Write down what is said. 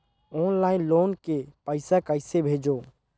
Online loan के पईसा कइसे भेजों?